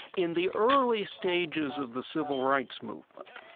in the early stages of the civil rights movement,